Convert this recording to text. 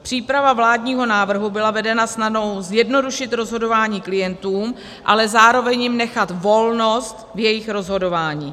Příprava vládního návrhu byla vedena snahou zjednodušit rozhodování klientům, ale zároveň jim nechat volnost v jejich rozhodování.